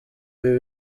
ibi